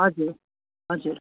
हजुर हजुर